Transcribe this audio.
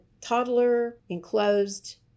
Toddler-enclosed